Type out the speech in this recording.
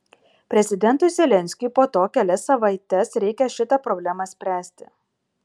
prezidentui zelenskiui po to kelias savaites reikia šitą problemą spręsti